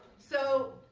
so